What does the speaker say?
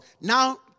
Now